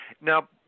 Now